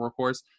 workhorse